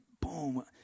boom